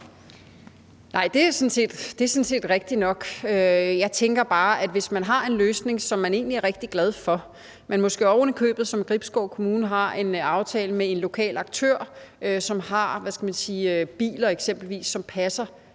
Nej, det er sådan set rigtigt nok. Jeg tænker bare, at hvis man har en løsning, som man egentlig er rigtig glad for, og man måske ovenikøbet som Gribskov Kommune har en aftale med en lokal aktør, som har, hvad skal man sige, biler, der eksempelvis passer